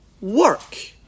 work